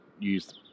use